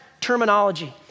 terminology